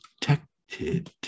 protected